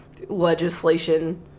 legislation